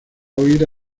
huir